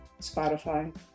Spotify